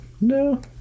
No